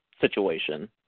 situation